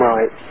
Right